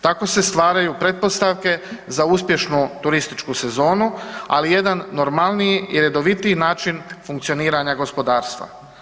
Tako se stvaraju pretpostavke za uspješnu turističku sezonu ali i jedan normalniji i redovitiji način funkcioniranja gospodarstva.